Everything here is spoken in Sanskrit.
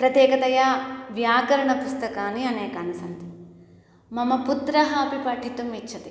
प्रत्येकतया व्याकरणपुस्तकानि अनेकानि सन्ति मम पुत्रः अपि पठितुम् इच्छति